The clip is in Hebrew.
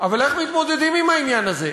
אבל איך מתמודדים עם העניין הזה?